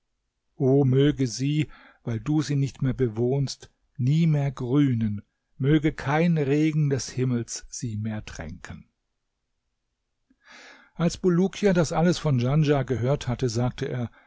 möge sie weil du sie nicht mehr bewohnst nie mehr grünen möge kein regen des himmels sie mehr tränken als bulukia das alles von djanschah gehört hatte sagte er